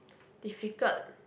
difficult